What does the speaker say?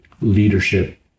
leadership